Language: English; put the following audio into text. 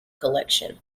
collection